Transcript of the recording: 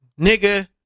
Nigga